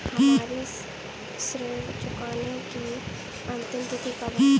हमारी ऋण चुकाने की अंतिम तिथि कब है?